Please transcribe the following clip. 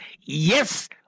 Yes